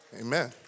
Amen